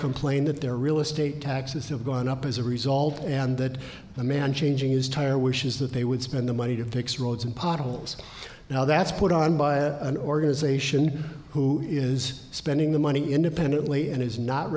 complain that their real estate taxes have gone up as a result and that a man changing his tire wishes that they would spend the money to fix roads and potholes now that's put on by a organization who is spending the money independently and is not